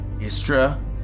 Istra